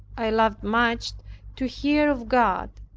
i loved much to hear of god,